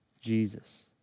Jesus